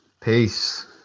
Peace